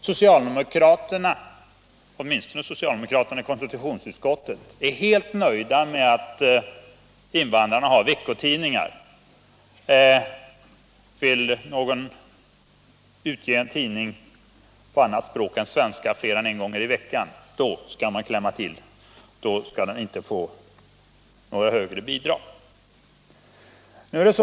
Socialdemokraterna — åtminstone socialdemokraterna i konstitutionsutskottet — är helt nöjda med att invandrare har veckotidningar. Vill någon utge en tidning på annat språk än svenska mer än en gång i veckan, då skall man klämma till. En sådan tidning skall inte få något högre bidrag.